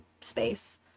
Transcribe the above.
space